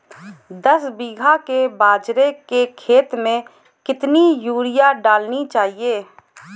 दस बीघा के बाजरे के खेत में कितनी यूरिया डालनी चाहिए?